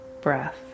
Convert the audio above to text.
breath